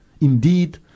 Indeed